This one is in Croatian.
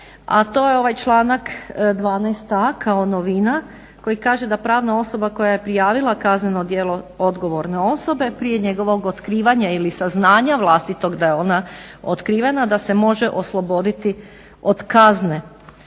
a to je ovaj članak 12.a kao novina koji kaže da pravna osoba koja je prijavila kazneno djelo odgovorne osobe prije njegovog otkrivanja ili saznanja vlastitog da je ona otkrivena da se može osloboditi od kazne.